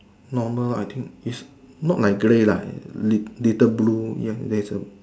normal I think is not like grey lah lit~ little blue ya there's a